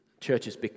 churches